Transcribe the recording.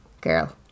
girl